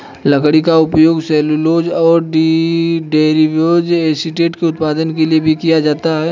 लकड़ी का उपयोग सेल्यूलोज और डेरिवेटिव एसीटेट के उत्पादन के लिए भी किया जाता है